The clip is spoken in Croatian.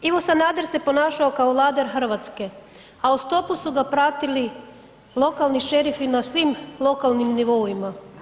Ivo Sanader se ponašao kao vladar Hrvatske a u stopu su ga pratili lokalni šerifi na svim lokalnim nivoima.